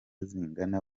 zingana